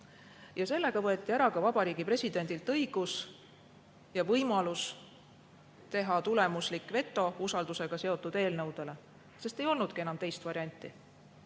sellega võeti ära ka Vabariigi Presidendilt õigus ja võimalus teha tulemuslik veto usaldusega seotud eelnõudele, sest ei olnudki enam teist varianti.